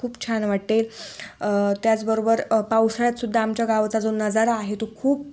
खूप छान वाटते त्याचबरोबर पावसाळ्यातसुद्धा आमच्या गावाचा जो नजारा आहे तो खूप